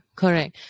correct